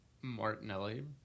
Martinelli